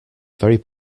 very